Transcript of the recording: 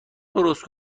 درست